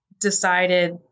decided